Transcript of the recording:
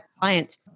client